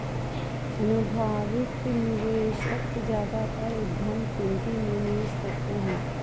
अनुभवी निवेशक ज्यादातर उद्यम पूंजी में निवेश करते हैं